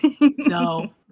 no